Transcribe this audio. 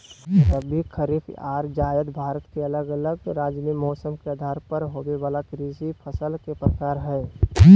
रबी, खरीफ आर जायद भारत के अलग अलग राज्य मे मौसम के आधार पर होवे वला कृषि फसल के प्रकार हय